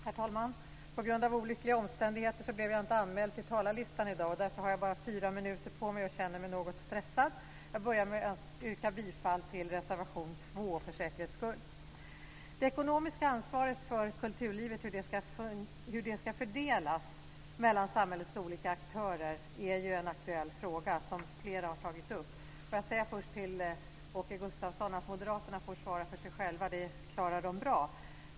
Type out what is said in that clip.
Herr talman! På grund av olyckliga omständigheter blev jag inte anmäld till talarlistan i dag, och därför har jag bara fyra minuter på mig och känner mig något stressad. Jag börjar med att yrka bifall till reservation 2. Hur det ekonomiska ansvaret för kulturlivet ska fördelas mellan samhällets olika aktörer är en aktuell fråga, som flera har tagit upp. Får jag först säga till Åke Gustavsson att Moderaterna får svara för sig själva - det klarar de bra.